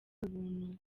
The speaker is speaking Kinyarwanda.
ubuntu